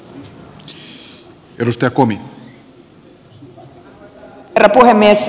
arvoisa herra puhemies